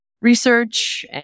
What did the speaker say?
research